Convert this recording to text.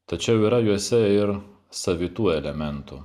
tačiau yra juose ir savitų elementų